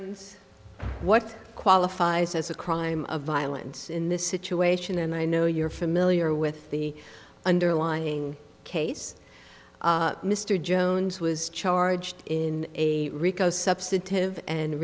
jones what qualifies as a crime of violence in this situation and i know you're familiar with the underlying case mr jones was charged in a rico substantive and